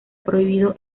prohibido